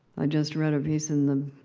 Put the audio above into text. i just read a piece in the.